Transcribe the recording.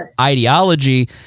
ideology